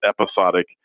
episodic